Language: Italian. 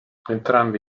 entrambi